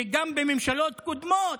שגם בממשלות קודמות,